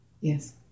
Yes